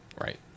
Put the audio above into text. Right